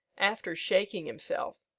after shaking himself,